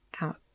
out